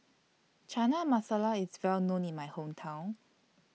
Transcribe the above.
Chana Masala IS Well known in My Hometown